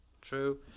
true